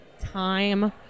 time